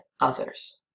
others